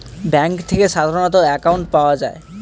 bank থেকে সাধারণ account পাওয়া যায়